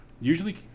Usually